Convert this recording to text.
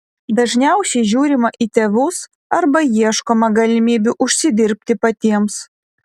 dažniausiai žiūrima į tėvus arba ieškoma galimybių užsidirbti patiems